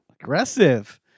aggressive